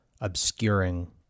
obscuring